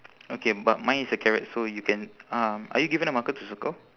okay but mine is a carrot so you can um are you given a marker to circle